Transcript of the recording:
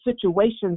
situations